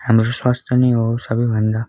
हाम्रो स्वास्थ्य नै हो सबैभन्दा